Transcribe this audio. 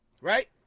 right